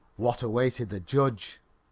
what awaited the judge?